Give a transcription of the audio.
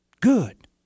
Good